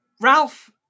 Ralph